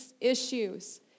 issues